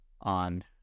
on